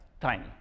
tiny